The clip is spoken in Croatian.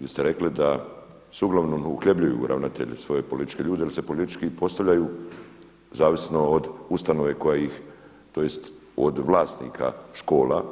Vi ste rekli da se uglavnom uhljebljuju ravnatelji svoje političke ljude jer se politički i postavljaju zavisno od ustanove koja ih tj. od vlasnika škola